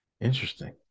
interesting